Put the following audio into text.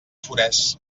forès